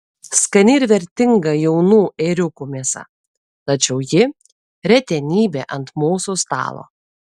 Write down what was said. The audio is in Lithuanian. skani ir vertinga jaunų ėriukų mėsa tačiau ji retenybė ant mūsų stalo